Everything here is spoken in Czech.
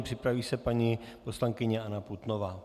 Připraví se paní poslankyně Anna Putnová.